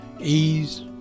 ease